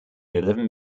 eleven